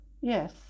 yes